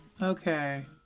Okay